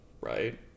right